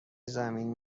زمین